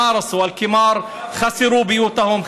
מזל הפסידו את בתיהם,